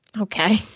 Okay